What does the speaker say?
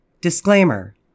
Disclaimer